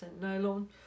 nylon